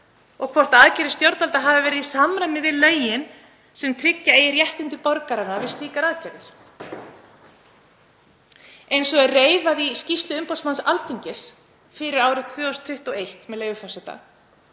og hvort aðgerðir stjórnvalda hafi verið í samræmi við lögin sem tryggja eiga réttindi borgara við slíkar aðgerðir. Eins og er reifað í skýrslu umboðsmanns Alþingis fyrir árið 2021, með leyfi forseta: